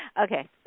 Okay